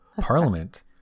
parliament